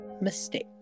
mistake